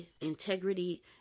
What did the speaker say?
integrity